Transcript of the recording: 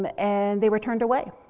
um and they were turned away.